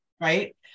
right